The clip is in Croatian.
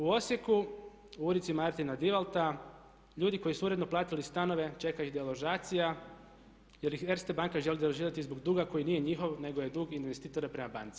U Osijeku, u ulici Martina Divalta ljudi koji su uredno platili stanove čeka ih deložacija jer ih Erste banka želi deložirati zbog duga koji nije njihov, nego je dug investitora prema banci.